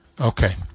Okay